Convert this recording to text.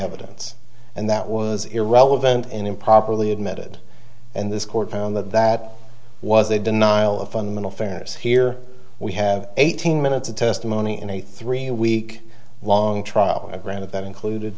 evidence and that was irrelevant and improperly admitted and this court found that that was a denial of fundamental fairness here we have eighteen minutes of testimony in a three week long trial granted that included